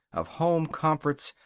of home comforts,